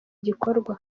gikorwa